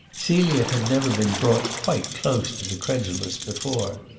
celia had never been brought quite close to the credulous before.